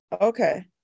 Okay